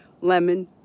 Lemon